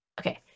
okay